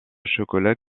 chocolat